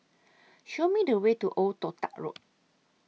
Show Me The Way to Old Toh Tuck Road